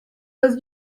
was